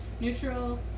neutral